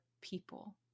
people